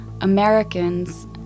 Americans